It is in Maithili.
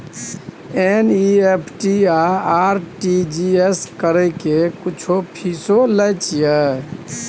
एन.ई.एफ.टी आ आर.टी.जी एस करै के कुछो फीसो लय छियै?